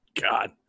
God